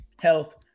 health